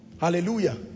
Hallelujah